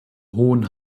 hohen